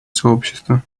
сообщество